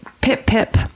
Pip-pip